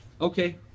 Okay